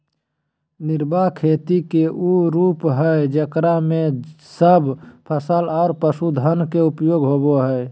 निर्वाह खेती के उ रूप हइ जेकरा में सब फसल और पशुधन के उपयोग होबा हइ